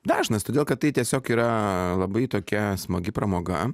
dažnas todėl kad tai tiesiog yra labai tokia smagi pramoga